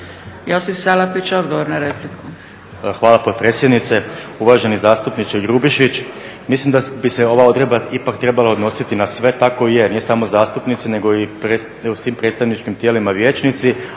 **Salapić, Josip (HDSSB)** Hvala potpredsjednice. Uvaženi zastupniče Grubišić, mislim da bi se ova odredba ipak trebala odnositi na sve, i tako i je, ne samo zastupnici nego i u svim predstavničkim tijelima vijećnici,